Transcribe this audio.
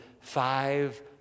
five